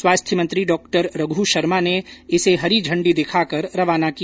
स्वास्थ्य मंत्री डॉ रघु शर्मा ने इसे हरी झण्डी दिखाकर रवाना किया